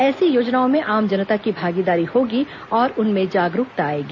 ऐसी योजनाओं में आम जनता की भागीदारी होगी और उनमें जागरूकता आएगी